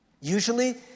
Usually